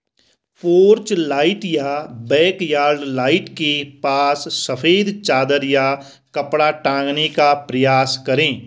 porch light या backyard light के पास सफेद चादर या कपड़ा टांगने का प्रयास करें